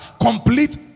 complete